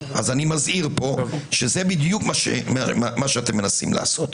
אני מזהיר שזה בדיוק מה שאתם מנסים לעשות.